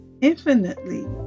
infinitely